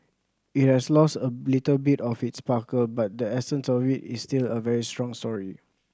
it has lost a little bit of its sparkle but the essence of it is still a very strong story